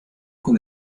con